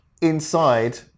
inside